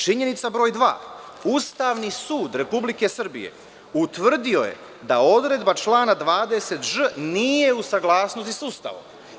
Činjenica broj dva – Ustavni sud Republike Srbije utvrdio je da odredba člana 20ž nije u saglasnosti sa Ustavom.